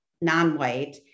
non-white